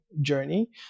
journey